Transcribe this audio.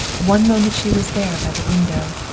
one moment she was there by the window.